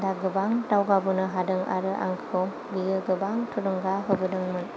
दा गोबां दावगाबोनो हादों आरो आंखौ बियो गोबां थुलुंगा होबोदोंमोन